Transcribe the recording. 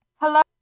Hello